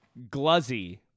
Gluzzy